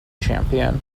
champion